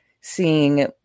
seeing